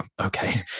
okay